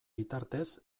bitartez